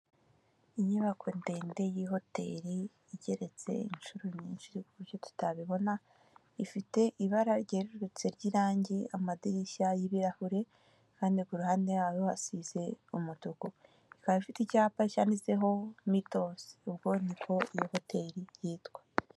Inyubako ndende y'ihoteri igereretse inshuro nyinshi ku buryo tutabibona, ifite ibara ryererutse ry'irangi, amadirishya y'ibirahure kandi ku ruhande yayo hasize umutuku, ikaba afite icyapa cyanditseho mitosi ubwo niko iyo hoteri yitwa.